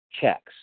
checks